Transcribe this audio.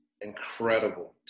incredible